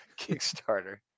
Kickstarter